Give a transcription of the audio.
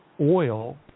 oil